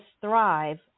thrive